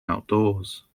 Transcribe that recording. outdoors